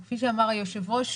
כפי שאמר היושב-ראש,